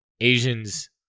Asians